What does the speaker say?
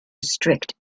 strict